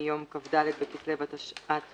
מיום כ"ד בכסלו התשע"ט